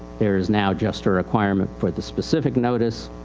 there is now just a requirement for the specific notice.